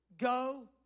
Go